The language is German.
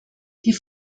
die